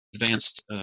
advanced